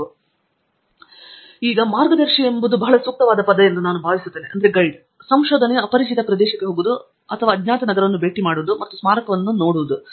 ಮತ್ತು ನಾವು ಹೇಳಿದ ಹಿಂದಿನ ಸಾದೃಶ್ಯದ ಮೂಲಕ ಮಾರ್ಗದರ್ಶಿ ಬಹಳ ಸೂಕ್ತವಾದ ಪದ ಎಂದು ನಾನು ಭಾವಿಸುತ್ತೇನೆ ಸಂಶೋಧನೆಯು ಅಪರಿಚಿತ ಪ್ರದೇಶಕ್ಕೆ ಹೋಗುವುದು ಅಥವಾ ಅಜ್ಞಾತ ನಗರವನ್ನು ಭೇಟಿ ಮಾಡುವುದು ಮತ್ತು ನೀವು ಸ್ಮಾರಕಗಳನ್ನು ಭೇಟಿ ಮಾಡುತ್ತಿದ್ದೀರಿ